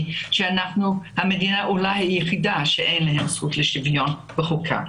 שאנחנו המדינה היחידה שאין בה הזכות לשוויון בחוקה.